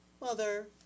Mother